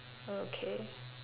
okay